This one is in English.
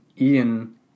Ian